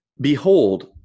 Behold